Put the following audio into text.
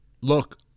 look